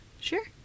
sure